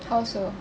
how so